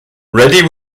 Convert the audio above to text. reddy